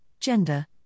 gender